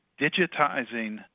digitizing